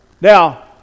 Now